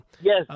Yes